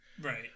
right